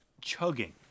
chugging